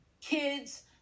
kids